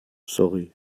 sorry